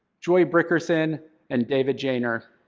joy brickerson and david janer,